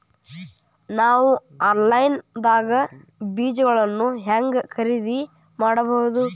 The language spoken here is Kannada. ನಾವು ಆನ್ಲೈನ್ ದಾಗ ಬೇಜಗೊಳ್ನ ಹ್ಯಾಂಗ್ ಖರೇದಿ ಮಾಡಬಹುದು?